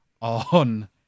on